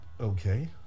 Okay